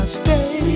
stay